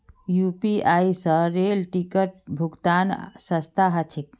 UPI स rail ticket भुक्तान सस्ता ह छेक